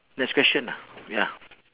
next question ah ya